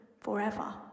forever